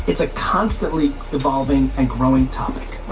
it's a constantly evolving and growing topic.